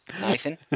Nathan